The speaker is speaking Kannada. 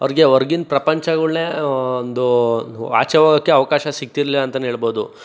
ಅವ್ರಿಗೆ ಹೊರಗಿನ ಪ್ರಪಂಚಗಳ್ನೇ ಒಂದು ಆಚೆ ಹೋಗಕ್ಕೇ ಅವಕಾಶ ಸಿಕ್ತಿರ್ಲಿಲ್ಲ ಅಂತನೇ ಹೇಳ್ಬೋದು